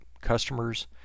customers